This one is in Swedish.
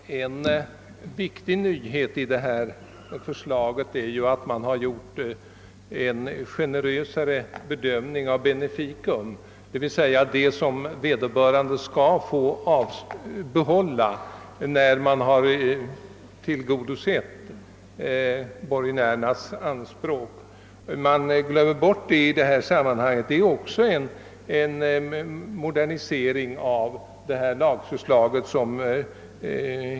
Herr talman! En viktig nyhet i det föreliggande förslaget är att en generösare bedömning har gjorts av beneficium, d.v.s. det isom vederbörande skall få behålla när borgenärernas anspråk har tillgodosetts. Det glömmer man bort i detta sammanhang. Det är en modernisering som här har skett.